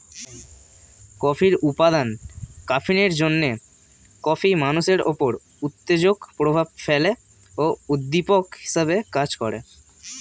কফির উপাদান ক্যাফিনের জন্যে কফি মানুষের উপর উত্তেজক প্রভাব ফেলে ও উদ্দীপক হিসেবে কাজ করে